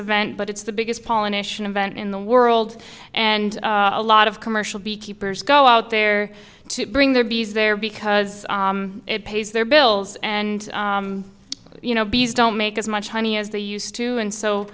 event but it's the biggest pollination event in the world and a lot of commercial beekeepers go out there to bring their bees there because it pays their bills and you know bees don't make as much money as they used to and so